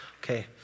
okay